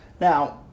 Now